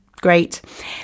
great